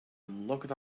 looked